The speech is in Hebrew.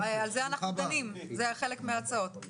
על זה אנחנו דנים, זה חלק מההצעות.